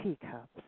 teacups